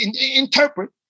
interpret